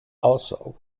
also